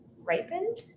ripened